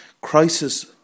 crisis